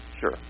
Sure